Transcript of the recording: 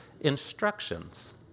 instructions